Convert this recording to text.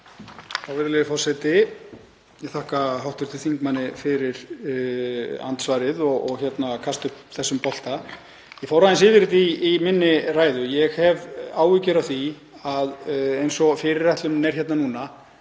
Virðulegi forseti. Ég þakka hv. þingmanni fyrir andsvarið og að kasta upp þessum bolta. Ég fór aðeins yfir þetta í minni ræðu, ég hef áhyggjur af því að eins og fyrirætlunin er hérna núna